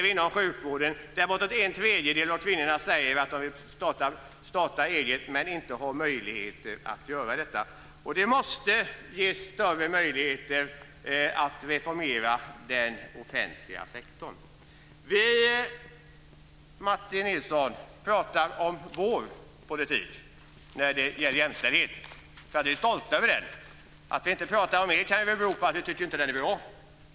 Inom sjukvården säger uppemot en tredjedel av kvinnorna att de vill starta eget men inte har möjlighet att göra det. Man måste ges större möjligheter att reformera den offentliga sektorn. Vi, Martin Nilsson, pratar om vår politik när det gäller jämställdhet. Vi är stolta över den. Att vi inte pratar om er politik kan bero på att vi tycker att den inte är bra.